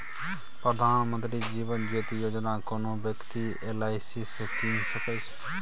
प्रधानमंत्री जीबन ज्योती बीमा योजना कोनो बेकती एल.आइ.सी सँ कीन सकै छै